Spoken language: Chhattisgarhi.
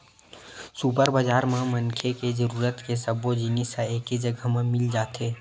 सुपर बजार म मनखे के जरूरत के सब्बो जिनिस ह एके जघा म मिल जाथे